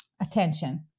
attention